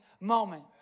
Moment